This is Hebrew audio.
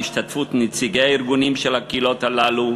בהשתתפות נציגי הארגונים של הקהילות הללו,